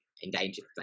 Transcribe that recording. endangered